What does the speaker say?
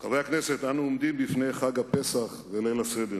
חברי הכנסת, אנו עומדים לפני חג הפסח וליל הסדר.